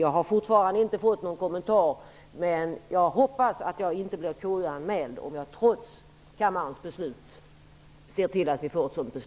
Jag har fortfarande inte fått någon kommentar till detta, men jag hoppas att jag inte blir KU-anmäld om jag trots kammarens beslut ser till att så sker.